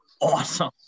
awesome